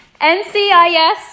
NCIS